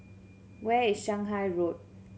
where is Shanghai Road